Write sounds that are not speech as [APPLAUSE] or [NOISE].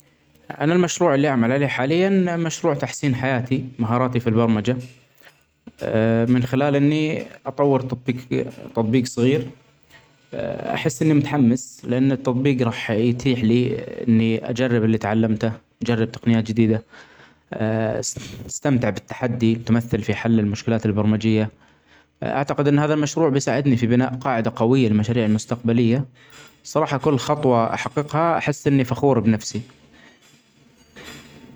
أنا المشروع اللي أعمل علية حاليا مشروع تحسين حياتي مهاراتي في البرمجة، [NOISE] أ من خلال إني [HESITATION] أطور تطبيك-تطبيج صغير أحس إني متحمس ،لأن التطبيق راح يتيح لي إني أجرب اللي أتعلمته ،أجرب تقنيات جديدة، [HESITATION] أستمتع بالتحدي تمثل في حل المشكلات البرمجية ،أعتقد أن هذا المشروع بيساعدني في بناء قاعدة قوية للمشاريع المستقبلية بصراحه كل خطوة احققها أحس إني فخور بنفسي. [NOISE]